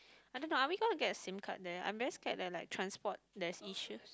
I don't know are we going to get a Sim card there I'm very scared like like transport there's issues